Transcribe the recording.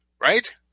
right